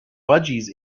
budgies